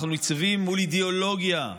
אנחנו ניצבים מול אידיאולוגיה,